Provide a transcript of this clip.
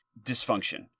dysfunction